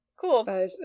cool